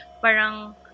Parang